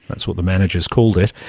that's what the managers called it,